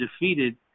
defeated